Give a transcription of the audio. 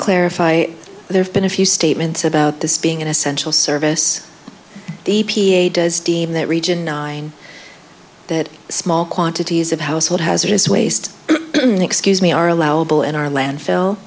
clarify there have been a few statements about this being an essential service a p a does deem that region nine that small quantities of household hazardous waste excuse me are allowable in our landfill